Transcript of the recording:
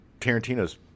Tarantino's